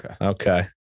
Okay